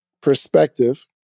perspective